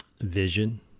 vision